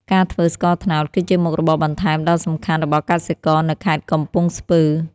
ការធ្វើស្ករត្នោតគឺជាមុខរបរបន្ថែមដ៏សំខាន់របស់កសិករនៅខេត្តកំពង់ស្ពឺ។